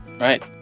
right